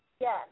Yes